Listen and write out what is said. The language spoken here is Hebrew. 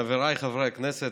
חבריי חברי הכנסת,